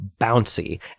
bouncy